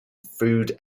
food